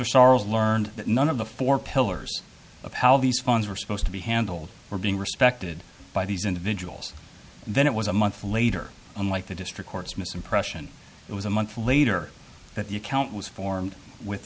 starr learned that none of the four pillars of how these funds were supposed to be handled were being respected by these individuals then it was a month later unlike the district court's misimpression it was a month later that the account was formed with